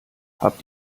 habt